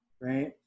right